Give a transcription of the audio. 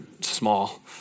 small